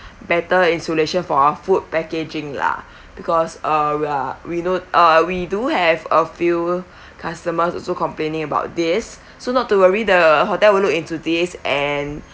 better insulation for our food packaging lah because uh we are we know uh we do have a few customers also complaining about this so not to worry the hotel will look into this and